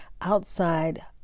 outside